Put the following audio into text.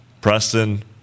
Preston